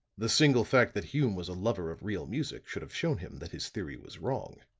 the single fact that hume was a lover of real music should have shown him that his theory was wrong.